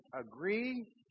agree